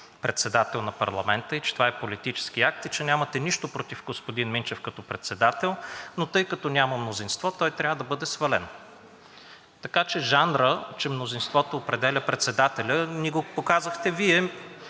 председател на парламента, че това е политически акт и че нямате нищо против господин Минчев като председател, но тъй като няма мнозинство, той трябва да бъде свален, така че жанра, че мнозинството определя председателя, ни го показахте Вие